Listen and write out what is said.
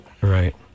right